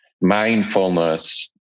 mindfulness